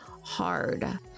hard